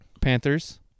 Panthers